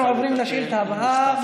אנחנו עוברים לשאילתה הבאה,